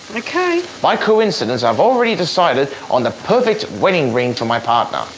okay. by coincidence, i've already decided on the perfect wedding ring for my partner